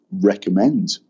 recommend